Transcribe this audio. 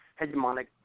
hegemonic